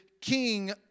king